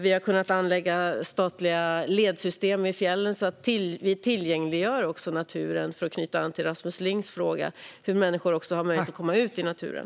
Vi har även kunnat anlägga statliga ledsystem i fjällen så att vi tillgängliggör naturen - för att knyta an till Rasmus Lings fråga om hur människor ska få möjlighet att komma ut i naturen.